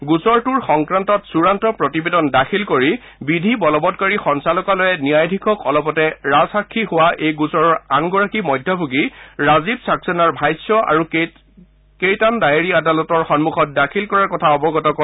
গোচৰটোৰ সংক্ৰান্তত চুড়ান্ত প্ৰতিবেদন দাখিল কৰি বিধি বলবৎকাৰী সঞ্চালকালয়ে ন্যায়াধীশক অলপতে ৰাজসাক্ষী হোৱা এই গোচৰৰ আনগৰাকী মধ্যভোগী ৰাজীৱ চাক্সেনাৰ ভাষ্য আৰু কেইটান ডায়েৰী আদালতৰ সন্মখত দাখিল কৰাৰ কথা অৱগত কৰে